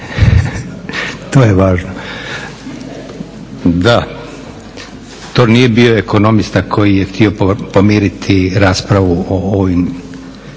To je važno. Da, to nije bio ekonomista koji je htio pomiriti raspravu o ovim